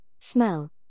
smell